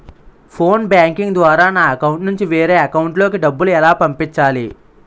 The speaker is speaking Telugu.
ఫోన్ బ్యాంకింగ్ ద్వారా నా అకౌంట్ నుంచి వేరే అకౌంట్ లోకి డబ్బులు ఎలా పంపించాలి?